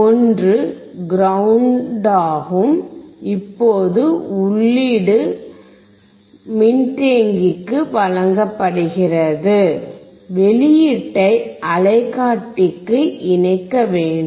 ஒன்று கிரௌண்ட் ஆகும் இப்போது உள்ளீடு மின்தேக்கிக்கு வழங்கப்படுகிறது வெளியீட்டை அலைக்காட்டிக்கு இணைக்க வேண்டும்